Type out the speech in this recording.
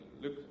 look